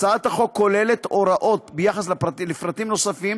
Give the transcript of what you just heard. הצעת החוק כוללת הוראות ביחס לפרטים נוספים